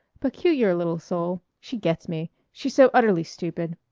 peculiar little soul she gets me. she's so utterly stupid.